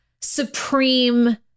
supreme